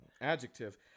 Adjective